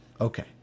Okay